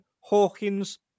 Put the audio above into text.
Hawkins